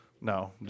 No